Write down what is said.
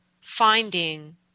finding